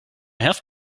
have